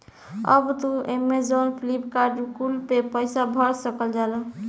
अब तू Amazon, Flipkart कुल पे पईसा भर सकल जाला